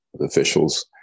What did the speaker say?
officials